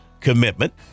commitment